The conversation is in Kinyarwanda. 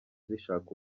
zishaka